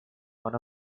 one